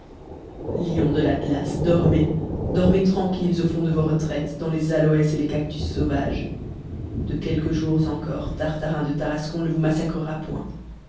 lions de i'atlas dormez dormez tranquilles au fond de vos retraites dans les aloès et les cactus sauvages de quelques jours encore tartarin de tarascon ne vous massacrera point